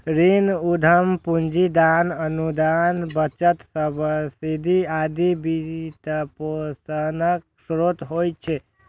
ऋण, उद्यम पूंजी, दान, अनुदान, बचत, सब्सिडी आदि वित्तपोषणक स्रोत होइ छै